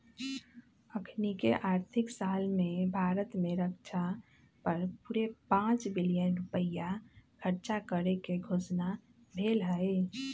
अखनीके आर्थिक साल में भारत में रक्षा पर पूरे पांच बिलियन रुपइया खर्चा करेके घोषणा भेल हई